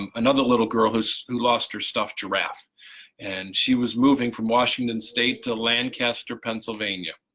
um another little girl who's lost her stuffed giraffe and she was moving from washington state to lancaster pennsylvania,